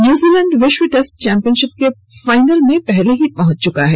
New Zealand विश्व test championship के final में पहले ही पहुंच चुका है